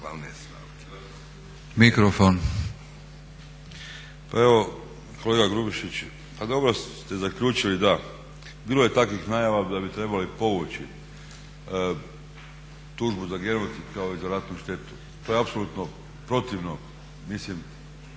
Josip (HDZ)** Kolega Grubišić, pa dobro ste zaključili da, bilo je takvih najava da bi trebali povući tužbu za genocid, kao i za ratnu štetu. To je apsolutno protivno i